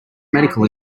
medical